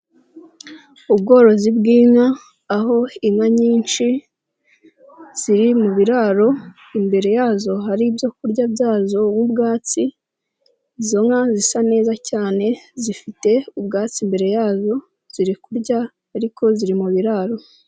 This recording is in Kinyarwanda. Ubworozi bw'inka, aho inka nyinshi ziri mu biraro, imbere yazo hari ibyo kurya byazo nk'ubwatsi, izo nka zisa neza cyane zifite ubwatsi imbere yazo, ziri kurya ariko ziri mu biraro.